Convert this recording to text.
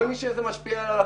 כל מי שזה משפיע לו על החיי: